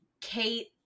kate